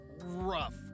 rough